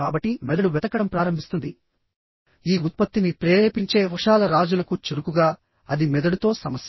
కాబట్టి మెదడు వెతకడం ప్రారంభిస్తుంది ఈ ఉత్పత్తిని ప్రేరేపించే ఔషధాల రాజులకు చురుకుగా అది మెదడుతో సమస్య